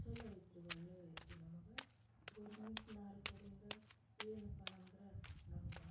ಛಲೋ ಐತ್ರಿ ಒಳ್ಳೆಯದೈತಿ ನಮಗೆ ಗೌರ್ಮೆಂಟ್ನಾರ ಕಡಿಂದ ಏನಪ್ಪ ಅಂದ್ರೆ ನಮ್ಗೆ